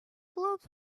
gloves